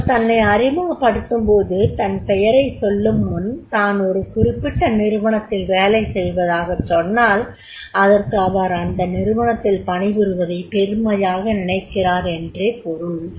ஒருவர் தன்னை அறிமுகப்படுத்தும்போது தன் பெயரை சொல்லும்முன் தான் ஒரு குறிப்பிட்ட நிறுவனத்தில் வேலை செய்வதாகச் சொன்னால் அதற்கு அவர் அந்த நிறுவனத்தில் பணிபுரிவதை பெருமையாக நினைக்கிறார் என்று பொருள்